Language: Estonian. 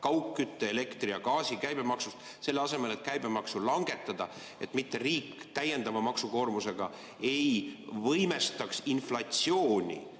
kaugkütte, elektri- ja gaasi käibemaksu pealt, selle asemel et käibemaksu langetada, et riik täiendava maksukoormusega ei võimendaks inflatsiooni.